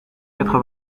quatre